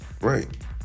right